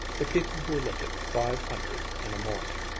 the people who look at five hundred in a morning!